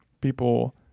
people